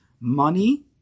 money